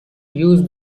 use